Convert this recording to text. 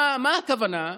מה הכוונה?